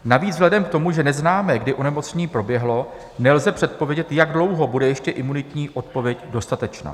Navíc vzhledem k tomu, že neznáme, kdy onemocnění proběhlo, nelze předpovědět, jak dlouho bude ještě imunitní odpověď dostatečná.